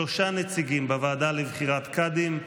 שלושה נציגים בוועדה לבחירת קאדים,